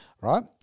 Right